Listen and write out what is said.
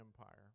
Empire